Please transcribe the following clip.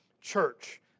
church